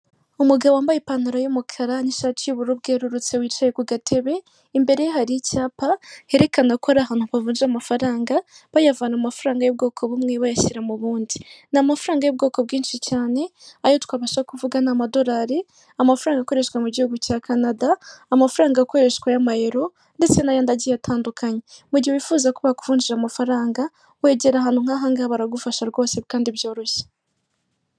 Umugabo wambaye ipantaro y'umukara n'ishati y'ubururu bwerurutse wicaye ku gatebe, imbere ye hari icyapa herekana ko ari ahantu bavunja amafaranga bayavana mu mafaranga y'ubwoko bumwe bayashyira m'ubundi, n'amafaranga y'ubwoko bwinshi cyane ayo twabasha kuvuga n'amadolari, amafaranga akoreshwa mu gihugu cya CANADA, amafaranga akoreshwa y'amayero ndetse n'ayandi agiye atandukanye. Mugihe wifuza ko bakuvunjira amafaranga wegera ahantu nk'ahangaha baragufasha rwose kandi byoroshye.